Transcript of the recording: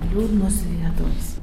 liūdnos vietos